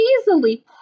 easily